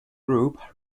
group